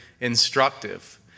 instructive